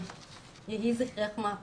'יהי זכרך מהפכה'.